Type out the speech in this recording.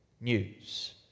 news